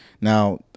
Now